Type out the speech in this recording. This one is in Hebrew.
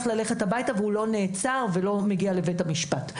ללכת הביתה והוא לא נעצר ולא מגיע לבית המשפט.